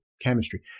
chemistry